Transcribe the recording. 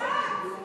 כי קצת, הוא